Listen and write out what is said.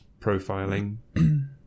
profiling